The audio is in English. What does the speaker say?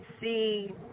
see